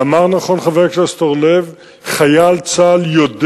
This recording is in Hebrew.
אמר נכון חבר הכנסת אורלב: חייל צה"ל יודע